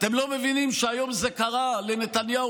אתם לא מבינים שהיום זה קרה לנתניהו,